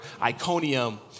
Iconium